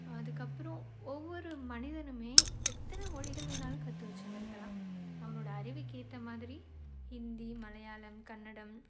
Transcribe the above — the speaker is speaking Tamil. அதுக்கப்புறம் ஒவ்வொரு மனிதனுமே எத்தனை மொழிகள் வேணாலும் கற்று வச்சுருந்திருக்கலாம் அவனோடய அறிவுக்கு ஏற்றமாதிரி ஹிந்தி மலையாளம் கன்னடம்